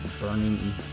burning